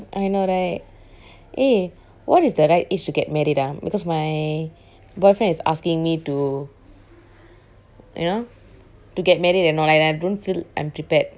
I know right eh what is the right age to get married ah because my boyfriend is asking me to you know to get married and all and I don't feel I'm prepared